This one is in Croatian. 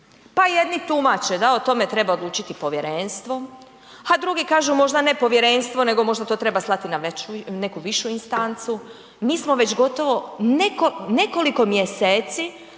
pa jedni tumače da o tome treba odlučiti povjerenstvo, a drugi kažu možda ne povjerenstvo nego možda to treba slati na neku višu instancu. Mi smo već gotovo nekoliko mjeseci